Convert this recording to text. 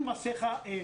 החרדי למד עד תשעה באב,